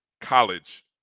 college